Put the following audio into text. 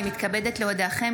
אני מתכבדת להודיעכם,